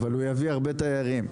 אבל הוא יביא הרבה תיירים,